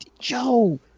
Joe